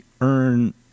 earn